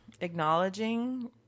acknowledging